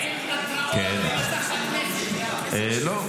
------ אין --- לא.